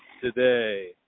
today